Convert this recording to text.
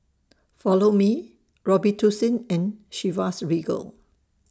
Follow Me Robitussin and Chivas Regal